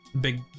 Big